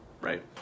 right